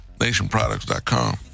NationProducts.com